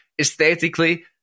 aesthetically